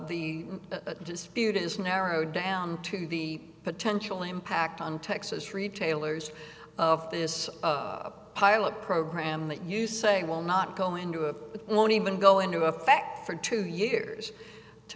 when the dispute is narrowed down to the potential impact on texas retailers of this pilot program that you saw it will not go into it won't even go into effect for two years to